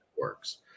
works